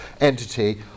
entity